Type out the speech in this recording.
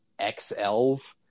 XLs